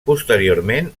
posteriorment